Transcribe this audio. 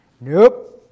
Nope